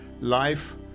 Life